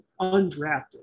undrafted